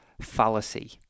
fallacy